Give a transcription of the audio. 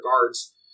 guards